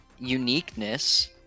uniqueness